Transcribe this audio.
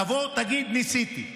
תבוא, ותגיד: ניסיתי.